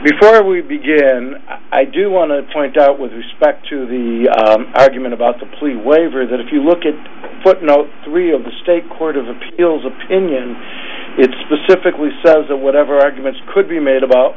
before we begin i do want to point out with respect to the argument about the plea waiver that if you look at footnote three of the state court of appeals opinion it specifically says that whatever arguments could be made about